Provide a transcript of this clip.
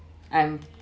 um